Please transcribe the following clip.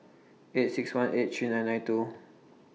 eight six one eight three nine nine two